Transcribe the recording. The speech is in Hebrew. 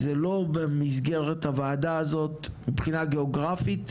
הוא לא במסגרת הוועדה הזאת מבחינה גאוגרפית,